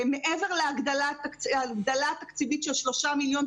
מעבר להגדלה תקציבית של שלושה מיליון,